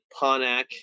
ponak